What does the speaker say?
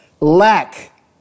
lack